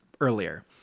earlier